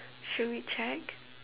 should we check